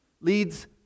leads